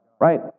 Right